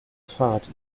fahrt